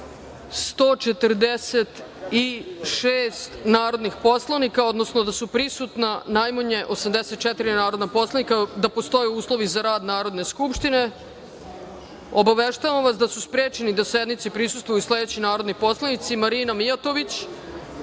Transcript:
146 narodnih poslanika, odnosno da su prisutna najmanje 84 narodna poslanika i da postoje uslovi za rad Narodne skupštine. Obaveštavam vas da su sprečeni da sednici prisustvuju sledeći narodni poslanici: Marina Mijatović,